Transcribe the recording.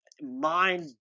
mind